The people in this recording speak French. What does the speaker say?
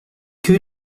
que